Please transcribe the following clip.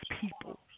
people